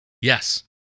Yes